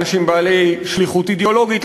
אנשים בעלי שליחות אידיאולוגית,